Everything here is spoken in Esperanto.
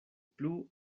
plu